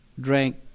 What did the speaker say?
drank